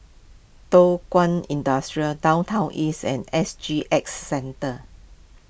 Thow Kwang Industry Downtown East and S G X Centre